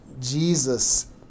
Jesus